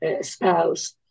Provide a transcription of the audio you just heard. spouse